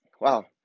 Wow